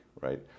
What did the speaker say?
right